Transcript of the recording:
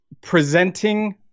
presenting